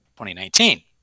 2019